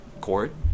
court